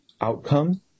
outcome